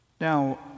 now